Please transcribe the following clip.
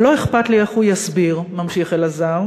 ולא אכפת לי איך הוא יסביר, ממשיך אלעזר.